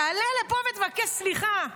תעלה לפה ותבקש סליחה מאמילי,